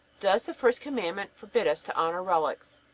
does the first commandment forbid us to honor relics?